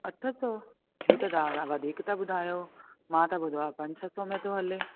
अठ सौ हीअ तव्हां दादा वधीक था ॿुधायो मां त ॿुधो आहे पंज सत सौ में थो हले